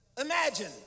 Imagine